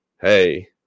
hey